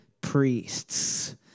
priests